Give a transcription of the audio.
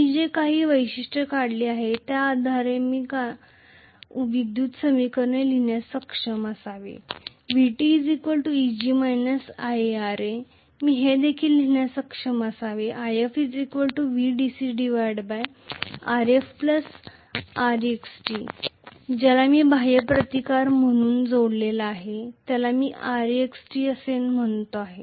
मी जे काही वैशिष्ट्य काढले आहे त्या आधारे मी काही विद्युत समीकरणे लिहिण्यास सक्षम असावे Vt Eg IaRa मी हे देखील लिहिण्यास सक्षम असावे If VdcRf Rext ज्याला मी बाह्य रेझिस्टन्स म्हणून जोडले आहे त्याला मी Rext असे म्हणतो आहे